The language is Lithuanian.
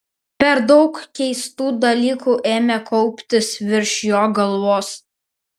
per daug keistų dalykų ėmė kauptis virš jo galvos